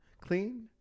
clean